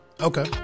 Okay